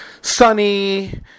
Sunny